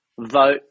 vote